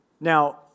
Now